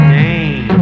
name